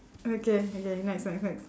okay okay next next next